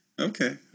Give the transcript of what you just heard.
Okay